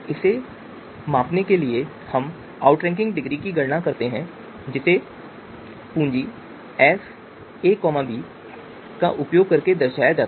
इसे मापने के लिए हम आउटरैंकिंग डिग्री की गणना करते हैं जिसे पूंजी एस ए बी का उपयोग करके दर्शाया जाता है